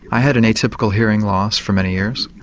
i had an atypical hearing loss for many years,